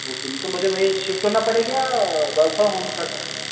okay ma'am तो मुझे वहीं शिफ़्ट होना पड़ेगा वर्क फ़्रॉम होम कर सकता हूँ